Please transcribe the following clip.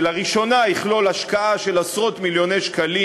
שלראשונה יכלול השקעה של עשרות מיליוני שקלים